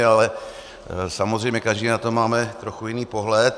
Ale samozřejmě každý na to máme trochu jiný pohled.